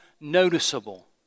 noticeable